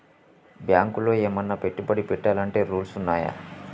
బ్యాంకులో ఏమన్నా పెట్టుబడి పెట్టాలంటే రూల్స్ ఉన్నయా?